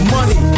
Money